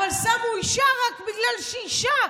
אז שמו אישה רק בגלל שהיא אישה,